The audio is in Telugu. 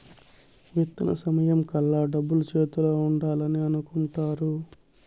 విత్తన సమయం కల్లా డబ్బులు చేతిలో ఉండాలని అనుకుంటారు